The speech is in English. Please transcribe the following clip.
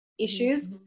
issues